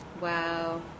Wow